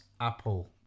apple